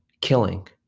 killing